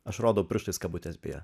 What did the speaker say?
aš rodau pirštais kabutes bėja